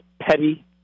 petty